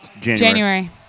January